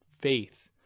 faith